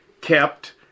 kept